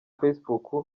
facebook